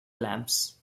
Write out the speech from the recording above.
lamps